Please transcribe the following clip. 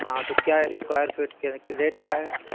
ہاں تو کیا اسکوائر فٹ کے ریٹ کیا ہے